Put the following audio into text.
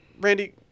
Randy